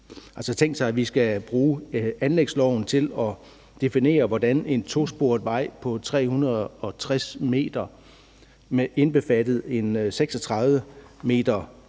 vi skal bruge anlægsloven til at definere en tosporet vej på 360 m indbefattet en 36 m